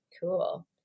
Cool